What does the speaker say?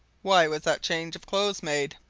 why was that change of clothes made?